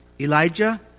Elijah